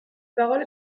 parole